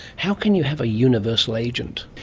how can you have a universal agent?